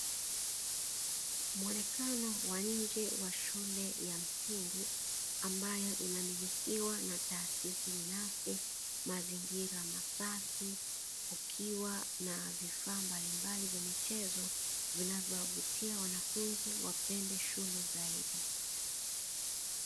Muonekano wa nje wa shule ya msingi, ambayo inamilikiwa na taasisi binafsi, mazingira masafi, kukiwa na vifaa mbalimbali vya michezo vinavyowavutia wanafunzi wapende shule zaidi.